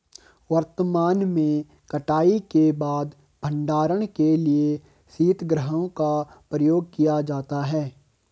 वर्तमान में कटाई के बाद भंडारण के लिए शीतगृहों का प्रयोग किया जाता है